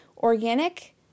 Organic